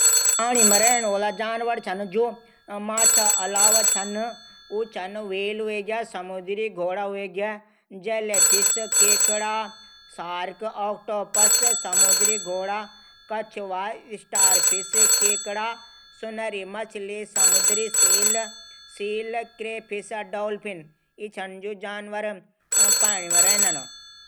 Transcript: पाणी मा रैंण वाला जानवर माछा अलावा छन हवेल समुद्री घोडा, जैलीफिस केकडा सार्क ऑक्टोपस कछुआ। समुद्री सील। डाल्फिन।